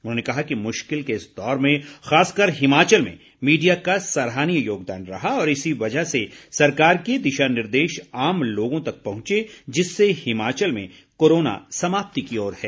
उन्होंने कहा कि मुश्किल के इस दौर में खासकर हिमाचल में मीडिया का सराहनीय योगदान रहा और इसी वजह से सरकार के दिशा निर्देश आम लोगों तक पहुंचे जिससे हिमाचल में कोरोना समाप्ति की ओर है